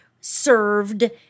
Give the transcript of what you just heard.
served